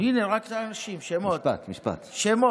הינה, רק האנשים, שמות.